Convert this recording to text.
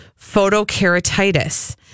photokeratitis